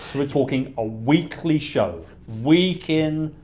so we're talking, ah weekly show. week in,